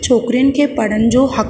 त छोकिरियुनि खे पढ़नि जो हक़ु